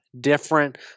different